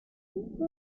suche